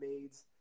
maids